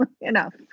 enough